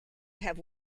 have